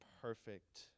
perfect